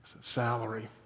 salary